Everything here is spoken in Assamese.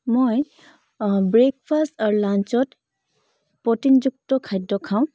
মই ব্ৰেকফাষ্ট আৰু লান্সত প্ৰ'টিনযুক্ত খাদ্য খাওঁ